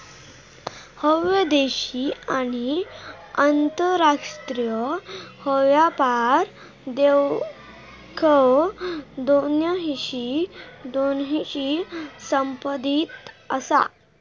ह्या देशी आणि आंतरराष्ट्रीय व्यापार देवघेव दोन्हींशी संबंधित आसा